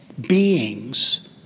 beings